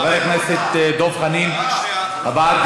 חבר הכנסת דב חנין, הבעת